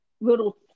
little